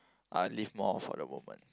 I will live more of for the moment